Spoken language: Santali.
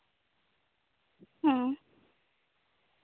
ᱦᱮᱸ